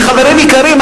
חברים יקרים,